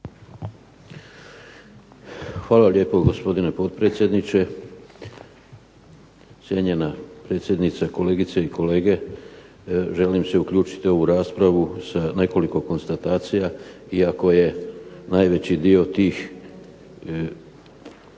Hvala lijepo gospodine potpredsjedniče. Cijenjena predsjednice, kolegice i kolege. Želim se uključiti u ovu raspravu sa nekoliko konstatacije iako je najveći dio tih